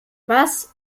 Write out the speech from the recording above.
was